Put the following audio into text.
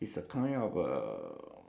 the the on the left side is it